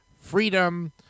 freedom